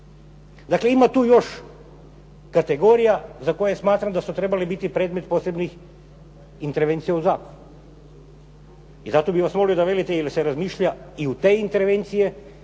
Dakle ima tu još kategorija za koje smatram da su trebali biti predmet posebnih intervencija u …/Govornik se ne razumije./… i zato bih vas molio da velite ili se razmišlja i u te intervencije